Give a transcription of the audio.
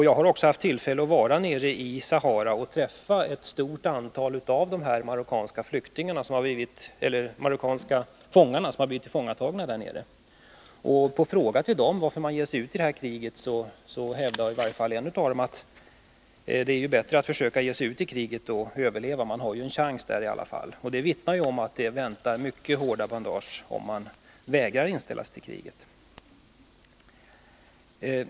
Jag har haft tillfälle att vistas i Sahara och har träffat ett stort antal av de marockaner som har blivit tillfångatagna där nere. På min fråga till dem om varför de har givit sig ut i kriget hävdade i varje fall en av dem att det är bättre att göra det och försöka överleva, för man har i alla fall en chans till det där. Det vittnar om att det blir mycket hårda bandage för dem som vägrar att inställa sig.